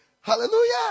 Hallelujah